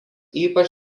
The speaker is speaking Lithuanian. ypač